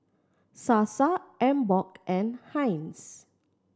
Sasa Emborg and Heinz